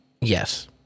Yes